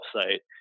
site